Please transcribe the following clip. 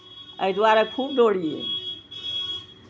एहि दुआरे खूब दौड़ियै